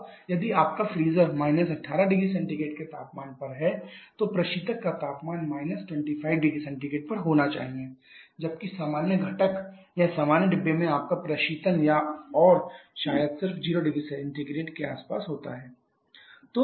अब यदि आपका फ्रीजर − 18 0C के तापमान पर है तो प्रशीतक का तापमान − 25 0C पर होना चाहिए जबकि सामान्य घटक या सामान्य डिब्बे में आपका प्रशीतन और शायद सिर्फ 0 0C के आसपास होता है